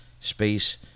space